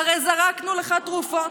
הרי זרקנו לך תרופות,